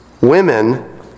women